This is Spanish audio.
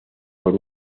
por